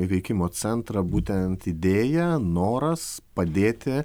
įveikimo centrą būtent idėja noras padėti